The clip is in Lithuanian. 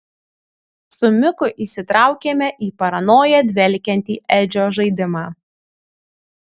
su miku įsitraukėme į paranoja dvelkiantį edžio žaidimą